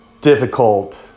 difficult